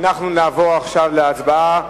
אנחנו נעבור עכשיו להצבעה.